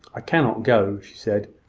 i cannot go, she said,